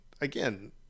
again